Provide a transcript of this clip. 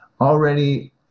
already